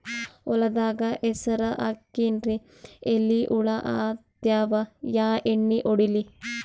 ಹೊಲದಾಗ ಹೆಸರ ಹಾಕಿನ್ರಿ, ಎಲಿ ಹುಳ ಹತ್ಯಾವ, ಯಾ ಎಣ್ಣೀ ಹೊಡಿಲಿ?